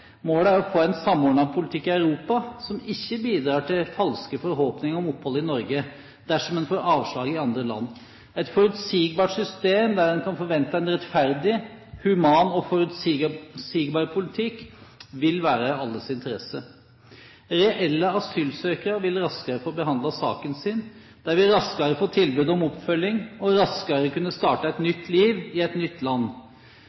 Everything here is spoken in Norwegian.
Målet er å få en samordnet politikk i Europa som ikke bidrar til falske forhåpninger om opphold i Norge, dersom man får avslag i andre land. Et forutsigbart system der man kan forvente en rettferdig, human og forutsigbar politikk, vil være i alles interesse. Reelle asylsøkere vil raskere få behandlet saken sin, de vil raskere få tilbud om oppfølging og vil raskere kunne starte et nytt liv i et nytt land.